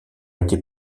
été